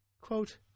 Quote